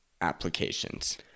applications